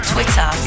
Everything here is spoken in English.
Twitter